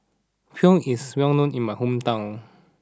Pho is well known in my hometown